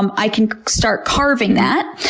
um i can start carving that.